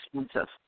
expensive